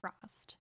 Frost